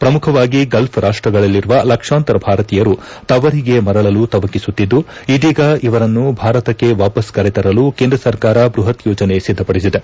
ಪ್ರಮುಖವಾಗಿ ಗಲ್ಪ್ ರಾಷ್ಟಗಳಲ್ಲಿರುವ ಲಕ್ಷಾಂತರ ಭಾರತೀಯರು ತವರಿಗೆ ಮರಳಲು ತವಕಿಸುತ್ತಿದ್ದು ಇದೀಗ ಇವರನ್ನು ಭಾರತಕ್ಕೆ ವಾಪಸ್ ಕರೆತರಲು ಕೇಂದ್ರ ಸರ್ಕಾರ ಬ್ಲಹತ್ ಯೋಜನೆ ಸಿದ್ಲಪಡಿಸಿದೆ